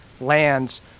lands